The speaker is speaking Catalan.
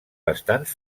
bastants